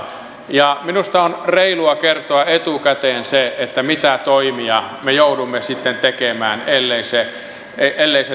ja minusta on reilua kertoa etukäteen se mitä toimia me joudumme sitten tekemään ellei se tapahdu